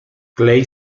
clay